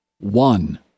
One